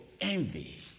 envy